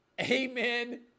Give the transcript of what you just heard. amen